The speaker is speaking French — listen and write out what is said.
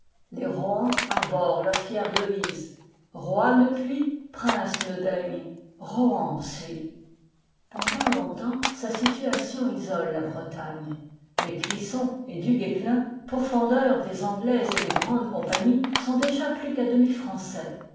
les rohan arborent leur fière devise roi ne puis prince ne daigne rohan suis pendant longtemps sa situation isole la bretagne mais clisson et duguesclin pourfendeurs des anglais et des grandes compagnies sont déjà plus qu'à